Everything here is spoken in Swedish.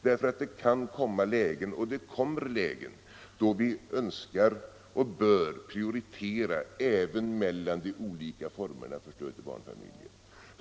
Det kan Onsdagen den nämligen uppstå lägen då vi önskar och bör prioritera även mellan de 10 december 1975 olika formerna för stöd till barnfamiljerna.